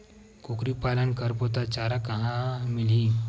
कुकरी पालन करबो त चारा कहां मिलही?